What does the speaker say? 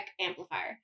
amplifier